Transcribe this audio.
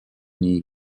nii